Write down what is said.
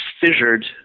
fissured